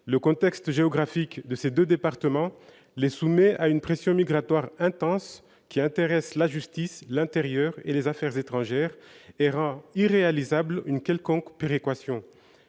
Le contexte géographique de ces deux départements les soumet à une pression migratoire intense, qui intéresse les ministères de la justice, de l'intérieur et des affaires étrangères, et qui rend irréalisable une quelconque péréquation.